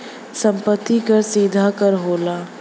सम्पति कर सीधा कर होला